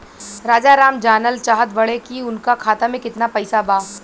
राजाराम जानल चाहत बड़े की उनका खाता में कितना पैसा बा?